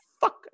fuck